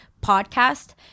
podcast